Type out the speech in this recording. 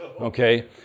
okay